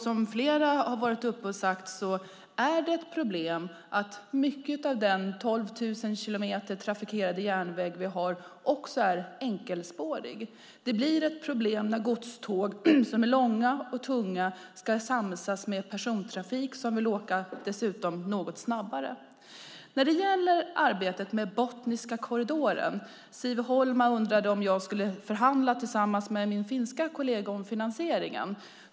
Som flera har sagt är det ett problem att mycket av den 12 000 kilometer långa trafikerade järnväg vi har också är enkelspårig. Det blir ett problem när godståg som är långa och tunga ska samsas med persontrafik som dessutom vill åka något snabbare. När det gäller arbetet med Botniska korridoren undrade Siv Holma om jag skulle förhandla tillsammans med min finska kollega om finansieringen.